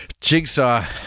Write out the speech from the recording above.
Jigsaw